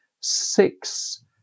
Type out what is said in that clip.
six